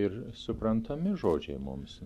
ir suprantami žodžiai mums